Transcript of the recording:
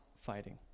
fighting